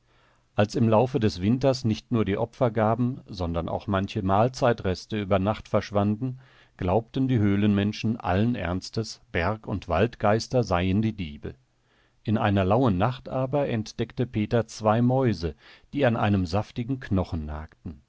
als im laufe des winters nicht nur die opfergaben sondern auch manche mahlzeitreste über nacht verschwanden glaubten die höhlenmenschen allen ernstes berg und waldgeister seien die diebe in einer lauen nacht aber entdeckte peter zwei mäuse die an einem saftigen knochen nagten